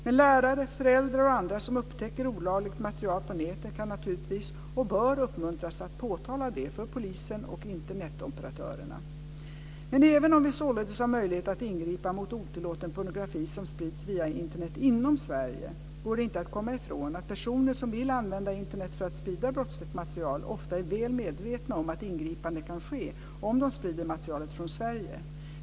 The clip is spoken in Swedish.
Men lärare, föräldrar och andra som upptäcker olagligt material på nätet kan naturligtvis och bör uppmuntras att påtala detta för polisen och Internetoperatörerna. Men även om vi således har möjlighet att ingripa mot otillåten pornografi som sprids via Internet inom Sverige, går det inte att komma ifrån att personer som vill använda Internet för att sprida brottsligt material ofta är väl medvetna om att ingripande kan ske om de sprider materialet från Sverige.